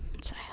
sad